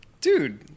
Dude